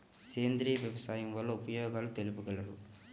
సేంద్రియ వ్యవసాయం వల్ల ఉపయోగాలు తెలుపగలరు?